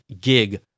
gig